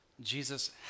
Jesus